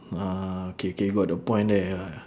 mm ah K K you got the point there ya ya